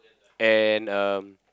and um